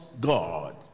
God